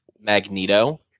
magneto